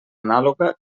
anàloga